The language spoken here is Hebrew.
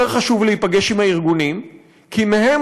יותר חשוב להיפגש עם הארגונים כי מהם